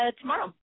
tomorrow